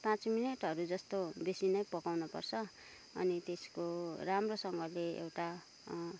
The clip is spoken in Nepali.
पाँच मिनटहरू जस्तो बेसी नै पकाउनुपर्छ अनि त्यसको राम्रोसँगले एउटा